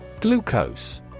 Glucose